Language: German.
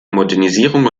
modernisierung